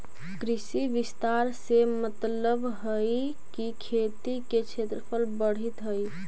कृषि विस्तार से मतलबहई कि खेती के क्षेत्रफल बढ़ित हई